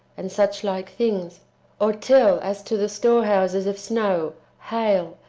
and such like things or tell as to the storehouses of snow, hail,